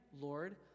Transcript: Lord